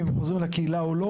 אם הם חוזרים לקהילה או לא.